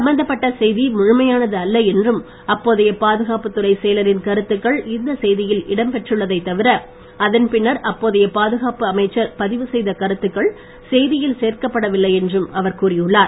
சம்பந்தப்பட்ட செய்தி முழுமையானது அல்ல என்றும் அப்போதைய பாதுகாப்புத் துறைச் செயலரின் கருத்துக்கள் இந்த செய்தியில் இடம்பெற்றுள்ளதைத் தவிர அதன் பின்னர் அப்போதைய பாதுகாப்ப அமைச்சர் பதிவுசெய்த கருத்துக்கள் செய்தியில் சேர்க்கப் படவில்லை என்றும் அவர் கூறியுள்ளார்